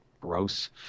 gross